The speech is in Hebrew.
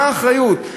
מה האחריות.